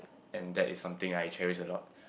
and that is something I cherish a lot